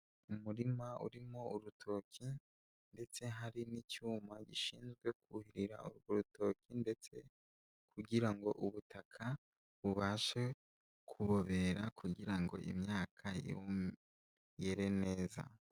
Umurima urimo urutoki ndetse hari n'icyuma gishinzwe kuhirira urwo rutoki ndetse kugira ngo ubutaka bubashe kubobera kugira ngo imyaka yere neza.